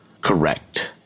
Correct